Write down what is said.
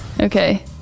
Okay